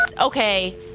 okay